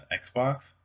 Xbox